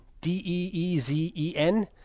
D-E-E-Z-E-N